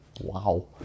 Wow